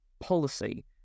policy